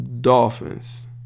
Dolphins